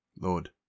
lord